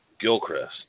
Gilchrist